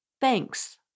thanks